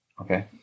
Okay